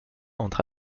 entre